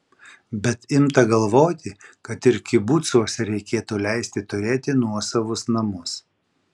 bet imta galvoti kad ir kibucuose reikėtų leisti turėti nuosavus namus